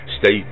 State